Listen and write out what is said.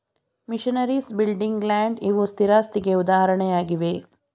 missionaries, building, land ಇವು ಸ್ಥಿರಾಸ್ತಿಗೆ ಉದಾಹರಣೆಯಾಗಿವೆ